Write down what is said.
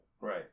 Right